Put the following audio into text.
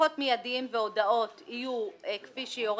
דוחות מיידיים והודעות יהיו כפי שיורה